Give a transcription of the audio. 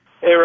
Hey